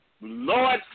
Lord